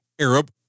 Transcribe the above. Arab